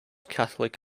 catholic